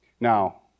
Now